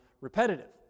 repetitive